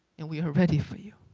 and we are ready for you.